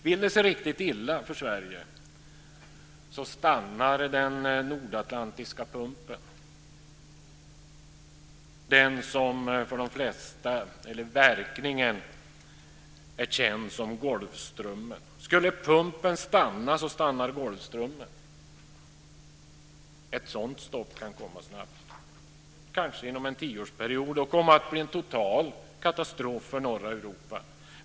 Vill det sig riktigt illa för Sverige stannar den nordatlantiska pumpen, den som till sin verkan är känd som Golfströmmen. Skulle pumpen stanna stannar Golfströmmen. Ett sådant stopp kan komma snabbt, kanske inom en tioårsperiod, och komma att bli en total katastrof för norra Europa.